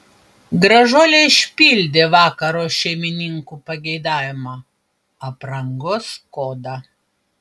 gražuolė išpildė vakaro šeimininkų pageidavimą aprangos kodą